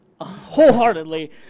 Wholeheartedly